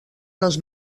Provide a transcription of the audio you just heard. les